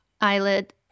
eyelid